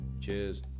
Cheers